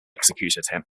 executed